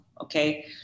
okay